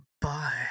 Bye